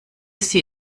sie